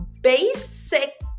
basic